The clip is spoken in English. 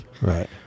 Right